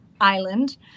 island